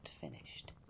finished